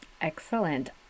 Excellent